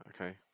Okay